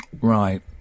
right